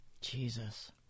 Jesus